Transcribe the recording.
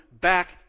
back